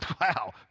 Wow